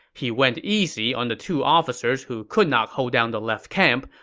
he went easy on the two officers who could not hold down the left camp,